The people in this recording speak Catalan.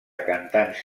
cantants